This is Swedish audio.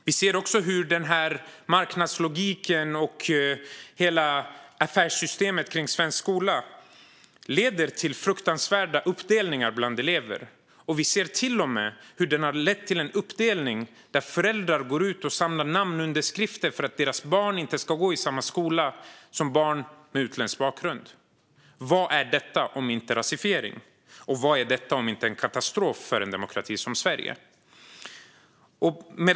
Vi ser också hur marknadslogiken och hela affärssystemet kring svensk skola leder till fruktansvärda uppdelningar bland elever. Vi ser till och med hur detta har lett till en uppdelning där föräldrar går ut och samlar namnunderskrifter för att deras barn inte ska gå i samma skola som barn med utländsk bakgrund. Vad är detta om inte rasifiering? Och vad är detta om inte en katastrof för en demokrati som Sverige?